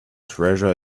treasure